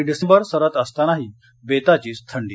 डिसेंबर सरत असतानाही बेताचीच थंडी